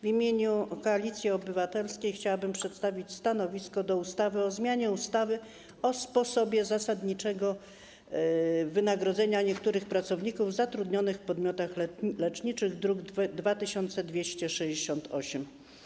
W imieniu Koalicji Obywatelskiej chciałabym przedstawić stanowisko wobec ustawy o zmianie ustawy o sposobie ustalania najniższego wynagrodzenia zasadniczego niektórych pracowników zatrudnionych w podmiotach leczniczych, druk nr 2268.